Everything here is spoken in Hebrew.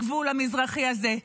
הגבול המזרחי הזה,